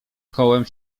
kołem